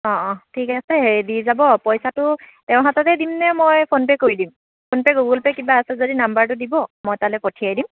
অঁ অঁ ঠিক আছে সেই দি যাব পইচাটো তেওঁৰ হাততেই দিমনে মই ফোন পে' কৰি দিম ফোন পে' গুগল পে' কিবা আছে যদি নাম্বাৰটো দিব মই তালৈ পঠিয়াই দিম